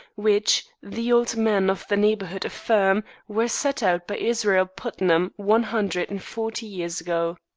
which, the old men of the neighborhood affirm, were set out by israel putnam one hundred and forty years ago.